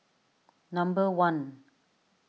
number one